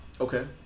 Okay